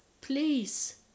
please